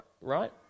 right